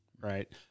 right